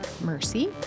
mercy